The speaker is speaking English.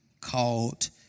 called